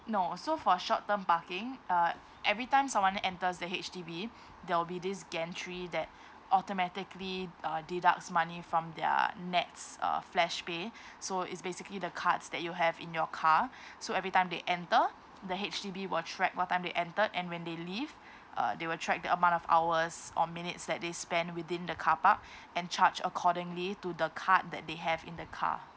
no so for short term parking uh every time someone enters the H_D_B there will be this gantry that automatically uh deducts money from their NETS uh flashpay so it's basically the cards that you have in your car so every time they enter the H_D_B will track what time they entered and when they leave uh they will track the amount of hours or minutes that they spend within the carpark and charge accordingly to the card that they have in the car